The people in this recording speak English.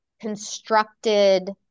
constructed